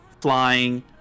flying